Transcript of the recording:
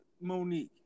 Monique